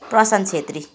Prashant Chhetri